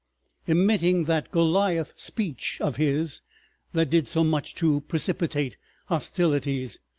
emitting that goliath speech of his that did so much to precipitate hostilities,